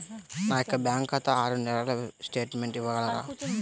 నా యొక్క బ్యాంకు ఖాతా ఆరు నెలల స్టేట్మెంట్ ఇవ్వగలరా?